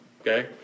okay